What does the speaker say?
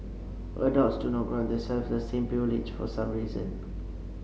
adults do not grant themselves the same privilege for some reason